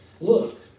Look